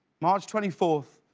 march twenty fourth,